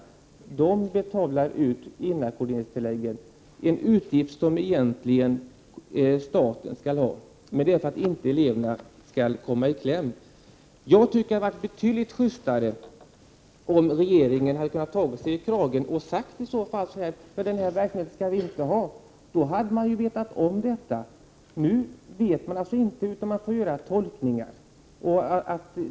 Kommunerna betalar alltså ut inackorderingstilläggen — en utgift som egentligen staten skall stå för — för att eleverna inte skall komma i kläm. Det hade varit betydligt mera just om regeringen hade tagit sig i kragen och sagt att denna verksamhet inte skulle finnas. Då hade man vetat om detta. Nu vet man inte, utan får göra tolkningar.